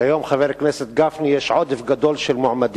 כיום, חבר הכנסת גפני, יש עודף גדול של מועמדים